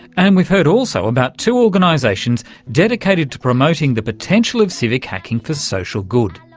and we've heard also about two organisations dedicated to promoting the potential of civic hacking for social good,